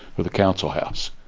or the council house.